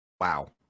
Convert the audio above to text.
wow